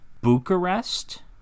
Bucharest